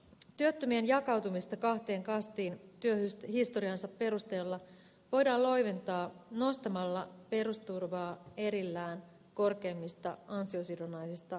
työttömien jakautumista kahteen kastiin työhistoriansa perusteella voidaan loiventaa nostamalla perusturvaa erillään korkeimmista ansiosidonnaisista etuuksista